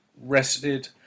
rested